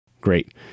Great